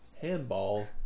handball